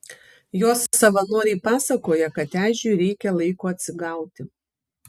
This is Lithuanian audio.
jos savanoriai pasakoja kad ežiui reikia laiko atsigauti